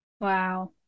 Wow